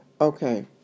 okay